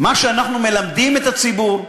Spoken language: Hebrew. מה שאנחנו מלמדים את הציבור,